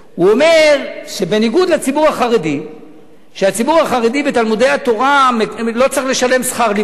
הוא אומר שהציבור החרדי בתלמודי-התורה לא צריך לשלם שכר לימוד,